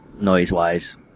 noise-wise